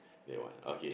that one okay